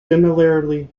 similarly